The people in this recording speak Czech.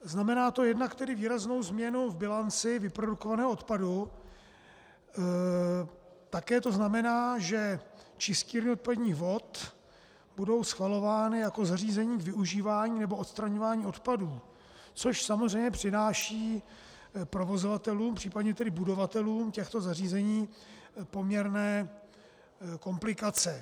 Znamená to jednak výraznou změnu v bilanci vyprodukovaného odpadu a také to znamená, že čistírny odpadních vod budou schvalovány jako zařízení k využívání nebo odstraňování odpadů, což samozřejmě přináší provozovatelům, případně budovatelům těchto zařízení poměrné komplikace.